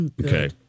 Okay